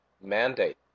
mandate